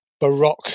Baroque